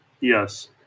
Yes